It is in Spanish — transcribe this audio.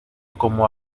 como